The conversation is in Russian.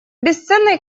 бесценный